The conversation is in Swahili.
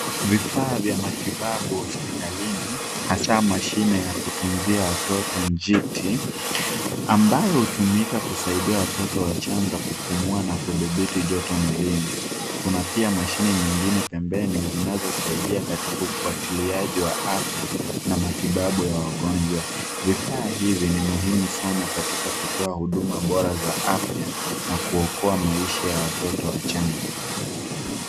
Vifaa vya matibabu hospitalini, hasaa mashine ya kutunzia watoto njiti, ambayo hutumika kusaidia watoto wachanga kupumua na kudhibiti joto mwilini. Kuna pia mashine nyingine pembeni, zinazosaidia katika ufuatiliaji wa afya, na matibabu ya wagonjwa. Vifaa hivi ni muhimu sana katika kutoa huduma bora za afya, na kuokoa maisha ya watoto wachanga.